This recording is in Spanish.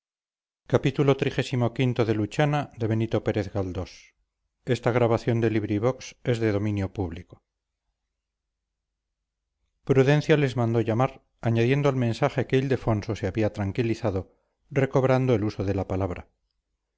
prudencia les mandó llamar añadiendo al mensaje que ildefonso se había tranquilizado recobrando el uso de la palabra